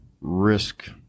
risk